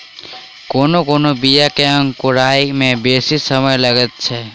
कोनो कोनो बीया के अंकुराय मे बेसी समय लगैत छै